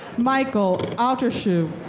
michael alterscu.